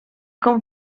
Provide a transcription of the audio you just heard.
com